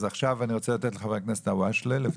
אני רוצה לתת לחבר הכנסת אלהואשלה לדבר,